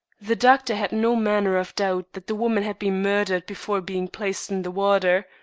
the doctor had no manner of doubt that the woman had been murdered before being placed in the water,